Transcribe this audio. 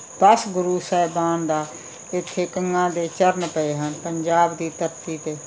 ਦਸ ਗੁਰੂ ਸਾਹਿਬਾਨ ਦਾ ਇੱਥੇ ਕਈਆਂ ਦੇ ਚਰਨ ਪਏ ਹਨ ਪੰਜਾਬ ਦੀ ਧਰਤੀ 'ਤੇ